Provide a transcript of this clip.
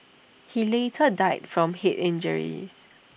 he later died from Head injuries